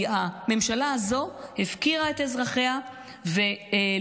כי הממשלה הזו הפקירה את אזרחיה ולא